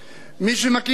מי שמכיר אותי